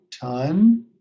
ton